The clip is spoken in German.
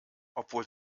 obwohl